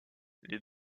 les